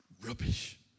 Rubbish